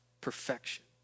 perfection